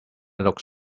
looked